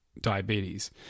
diabetes